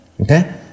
okay